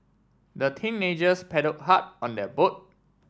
the teenagers paddle hard on their boat